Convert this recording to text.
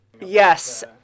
Yes